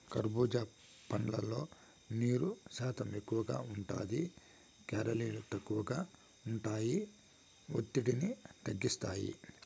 కర్భూజా పండ్లల్లో నీరు శాతం ఎక్కువగా ఉంటాది, కేలరీలు తక్కువగా ఉంటాయి, ఒత్తిడిని తగ్గిస్తాయి